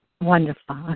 Wonderful